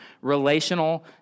relational